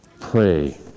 Pray